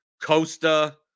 Costa